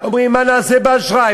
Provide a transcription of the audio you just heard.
אומרים: מה נעשה באשראי?